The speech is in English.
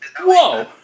Whoa